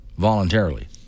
voluntarily